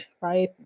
right